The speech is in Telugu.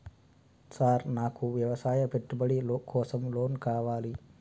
సార్ నాకు వ్యవసాయ పెట్టుబడి కోసం లోన్ కావాలి?